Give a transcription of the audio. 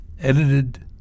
edited